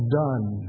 done